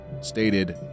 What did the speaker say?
stated